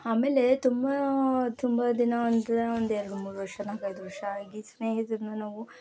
ಆಮೇಲೆ ತುಂಬ ತುಂಬ ಅದೆನೋ ಒಂದ ಒಂದೆರಡು ಮೂರು ವರ್ಷ ನಾಲಕ್ಕೈದು ವರ್ಷ ಆಗಿ ಸ್ನೇಹಿತರನ್ನು ನಾವು